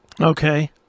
Okay